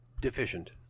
deficient